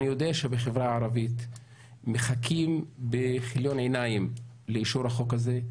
אני יודע שבחברה הערבית מחכים בכיליון עיניים לאישור החוק הזה,